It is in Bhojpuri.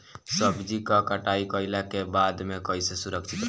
सब्जी क कटाई कईला के बाद में कईसे सुरक्षित रखीं?